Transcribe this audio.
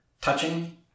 touching